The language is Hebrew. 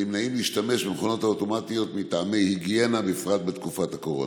הנמנעים להשתמש במכונות האוטומטיות מטעמי היגיינה בפרט בתקופת הקורונה.